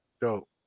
Dope